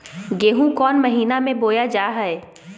गेहूँ कौन महीना में बोया जा हाय?